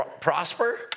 prosper